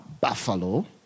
Buffalo